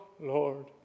Lord